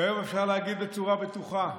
והיום אפשר להגיד בצורה בטוחה,